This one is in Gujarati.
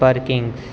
પારકિંગ્સ